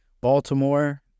Baltimore